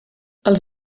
els